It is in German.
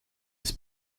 des